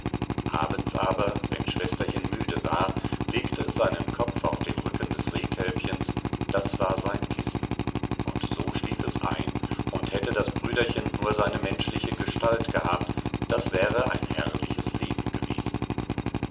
abends aber wenn schwesterchen müde war legte es seinen kopf auf den rücken des rehkälbchens das war sein kissen und so schlief es ein und hätte das brüderchen nur seine menschliche gestalt gehabt das wäre ein herrliches leben gewesen